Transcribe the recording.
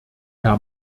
herr